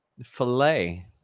filet